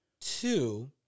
two